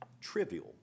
trivial